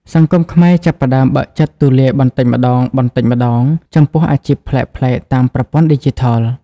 សង្គមខ្មែរចាប់ផ្តើមបើកចិត្តទូលាយបន្តិចម្តងៗ ចំពោះអាជីពប្លែកៗតាមប្រព័ន្ធឌីជីថល។